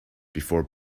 before